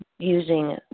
Using